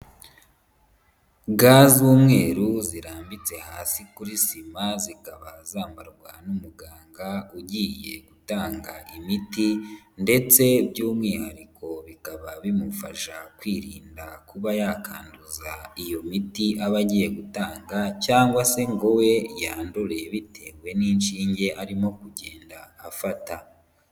Ga z'umweru zirambitse hasi kuri sima zikaba zambarwa n'umuganga ugiye gutanga imiti ndetse by'umwihariko bikaba bimufasha kwirinda kuba yakanduza iyo miti aba agiye gutanga cyangwa se ngo we yandure bitewe n'inshinge arimo kugenda afata.